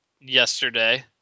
yesterday